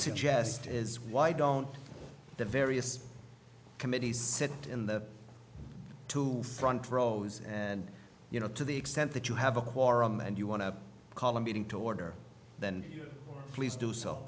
suggest is why don't the various committees sit in the two front rows and you know to the extent that you have a quorum and you want to call a meeting to order then please do so